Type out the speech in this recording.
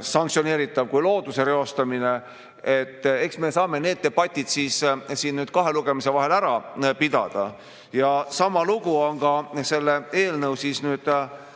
sanktsioneeritav kui looduse reostamine. Eks me saame need debatid siin kahe lugemise vahel ära pidada. Sama lugu on ka selle eelnõu § 1 punktiga